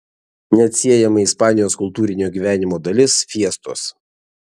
neatsiejama ispanijos kultūrinio gyvenimo dalis fiestos